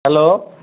hello